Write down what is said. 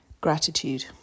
Gratitude